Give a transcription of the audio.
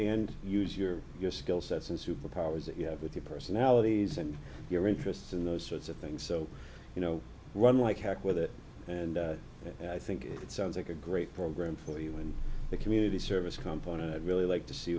and use your your skill sets and superpowers that you have with the personalities and your interests and those sorts of things so you know run like heck with it and i think it sounds like a great program for you and the community service company that really like to see